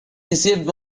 deceived